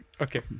Okay